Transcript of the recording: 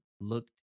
looked